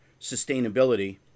sustainability